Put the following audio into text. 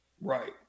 Right